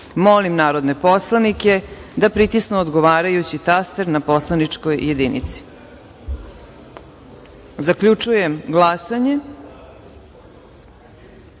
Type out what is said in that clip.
narodne poslanike da pritisnu odgovarajući taster na poslaničkoj jedinici. Zaključujem glasanje